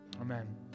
Amen